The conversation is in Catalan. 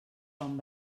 quan